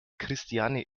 christiane